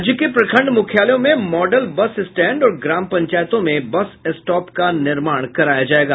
राज्य के प्रखंड मुख्यालयों में मॉडल बस स्टैंड और ग्राम पंचायतों में बस स्टॉप का निर्माण कराया जायेगा